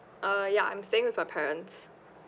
uh ya I'm staying with my parents